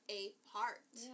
apart